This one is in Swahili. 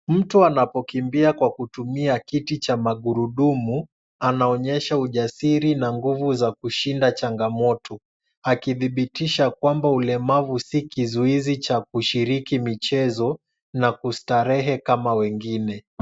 Mtu anapokimbia kwa kutumia kiti cha magurudumu, anaonyesha ujasiri na nguvu za kushinda changamoto, akithibitisha kwamba ulemavu sio kizuizi cha kushiriki michezo a kustarehe kama wengine.